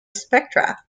spectra